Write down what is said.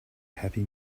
happy